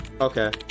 okay